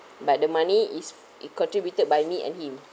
but the money is it contributed by me and him